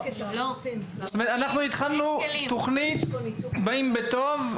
התחלנו תכנית "באים בטוב",